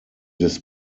des